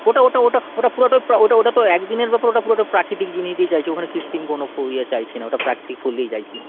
ওটা ওটা ওটা ওটা পুরোটা প্রা ওটা ওটা তো একদিনের ব্যাপার ওটা পুরোটা প্রাকৃতিক জিনিস দিয়েই চাইছি ওখানে কৃত্রিম কোনো ফুল দিয়ে চাইছি না ওটা প্রাকৃতিক ফুল দিয়েই চাইছি